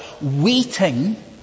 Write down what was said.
waiting